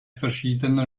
verschiedener